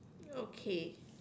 okay